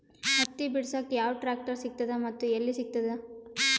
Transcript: ಹತ್ತಿ ಬಿಡಸಕ್ ಯಾವ ಟ್ರಾಕ್ಟರ್ ಸಿಗತದ ಮತ್ತು ಎಲ್ಲಿ ಸಿಗತದ?